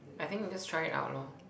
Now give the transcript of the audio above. I think just try it out lor